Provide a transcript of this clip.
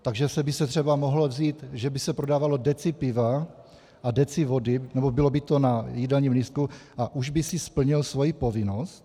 Takže by se třeba mohlo říct, že by se prodávalo deci piva a deci vody, nebo bylo by to na jídelním lístku, a už by si splnil svoji povinnost?